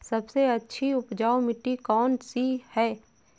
सबसे अच्छी उपजाऊ मिट्टी कौन सी है?